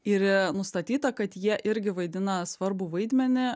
ir nustatyta kad jie irgi vaidina svarbų vaidmenį